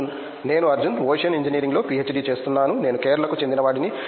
అర్జున్ నేను అర్జున్ ఓషన్ ఇంజనీరింగ్లో పీహెచ్డీ చేస్తున్నాను నేను కేరళకు చెందినవాడిని